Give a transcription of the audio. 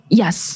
yes